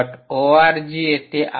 ORG www